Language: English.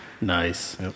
Nice